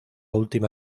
última